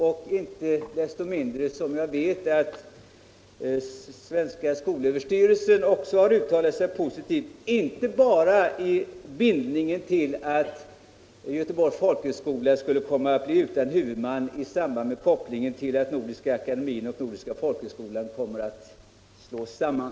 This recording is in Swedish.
Jag vet också att skolöverstyrelsen har uttalat sig positivt, inte bara i samband med frågan att Göteborgs folkhögskola skulle bli utan huvudman när Nordiska akademin och Nordiska folkhögskolan slås samman.